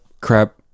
crap